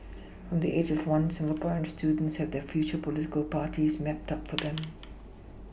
from the age of one Singaporean students have their future political parties mapped out for them